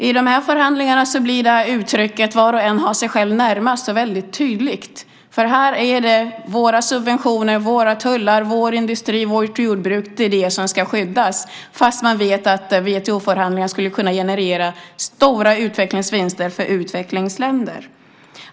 I de här förhandlingarna blir uttrycket att var och en är sig själv närmast väldigt tydligt, för här går varje land efter principen att det är våra subventioner, våra tullar, vår industri och vårt jordbruk som ska skyddas, fast man vet att WTO-förhandlingarna skulle kunna generera stora utvecklingsvinster för utvecklingsländer.